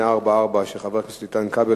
חבר הכנסת איתן כבל